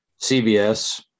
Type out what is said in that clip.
CBS